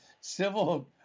civil